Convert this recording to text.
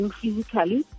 physically